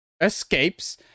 escapes